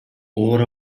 оор